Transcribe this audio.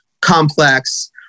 complex